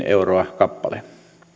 euroa kappale